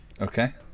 Okay